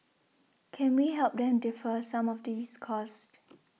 can we help them defer some of these costs